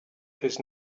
his